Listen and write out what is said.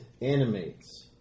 animates